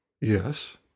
Yes